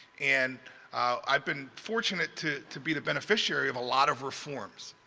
and i've been fortunate to to be the beneficiary of a lot of reforms.